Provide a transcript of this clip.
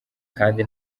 kandi